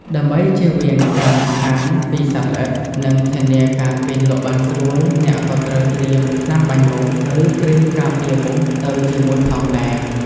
ដើម្បីជៀសវាងការរំខានពីសត្វល្អិត និងធានាការគេងលក់បានស្រួល អ្នកក៏ត្រូវត្រៀម ថ្នាំបាញ់មូស ឬគ្រីមការពារមូស ទៅជាមួយផងដែរ។